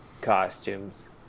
costumes